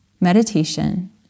meditation